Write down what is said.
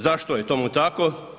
Zašto je tomu tako?